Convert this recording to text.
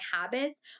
habits